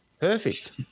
Perfect